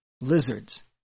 lizards